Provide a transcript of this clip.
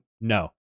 No